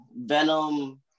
Venom